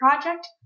project